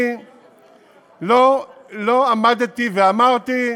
אני לא עמדתי ואמרתי: